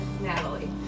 natalie